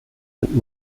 and